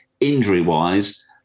injury-wise